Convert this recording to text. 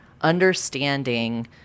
understanding